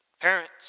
Parents